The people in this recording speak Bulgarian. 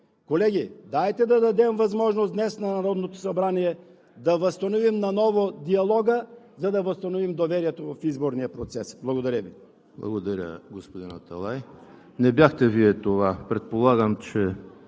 Колеги, дайте да дадем възможност днес на Народното събрание – да възстановим наново диалога, за да възстановим доверието в изборния процес. Благодаря Ви. ПРЕДСЕДАТЕЛ ЕМИЛ ХРИСТОВ: Благодаря, господин Аталай. Това не бяхте Вие. Предполагам, че